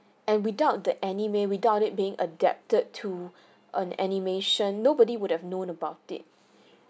and without the anime without it being adapted to on animation nobody would have known about it